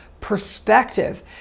perspective